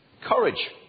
courage